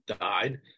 died